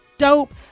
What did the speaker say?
Dope